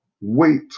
Wait